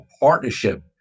partnership